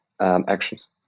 actions